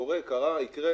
קורה, קרה, יקרה.